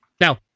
Now